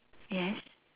yes